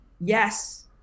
yes